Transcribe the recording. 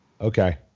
Okay